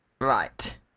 Right